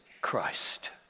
Christ